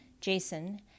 Jason